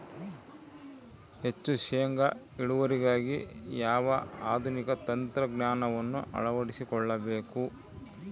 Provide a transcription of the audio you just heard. ಹೆಚ್ಚು ಶೇಂಗಾ ಇಳುವರಿಗಾಗಿ ಯಾವ ಆಧುನಿಕ ತಂತ್ರಜ್ಞಾನವನ್ನು ಅಳವಡಿಸಿಕೊಳ್ಳಬೇಕು?